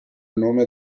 nome